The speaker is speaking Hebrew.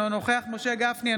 אינו נוכח משה גפני,